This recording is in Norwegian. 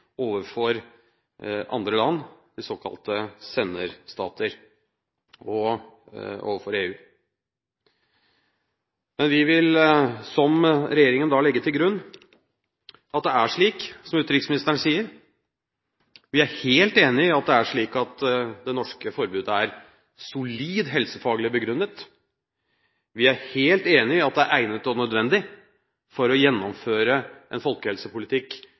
overfor andre land, de såkalte senderstater, og overfor EU. Vi vil, som regjeringen, da legge til grunn at det er slik, som utenriksministeren sier. Vi er helt enig i at det er slik at det norske forbudet er solid helsefaglig begrunnet, vi er helt enig i at det er egnet og nødvendig for å gjennomføre en folkehelsepolitikk